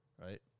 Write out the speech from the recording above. right